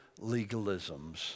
legalisms